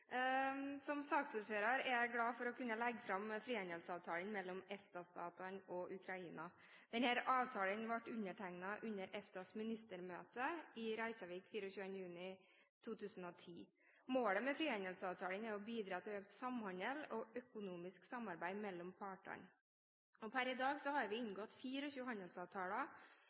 Som saksordfører er jeg glad for å kunne legge fram frihandelsavtalen mellom EFTA-statene og Ukraina. Denne avtalen ble undertegnet under EFTAs ministermøte i Reykjavik 24. juni 2010. Målet med frihandelsavtalen er å bidra til økt samhandel og økonomisk samarbeid mellom partene. Per i dag har vi inngått 24 handelsavtaler,